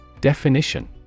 Definition